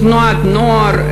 תנועת נוער,